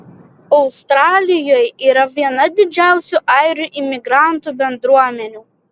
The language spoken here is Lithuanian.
australijoje yra viena didžiausių airių imigrantų bendruomenių